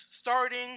starting